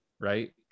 right